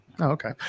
okay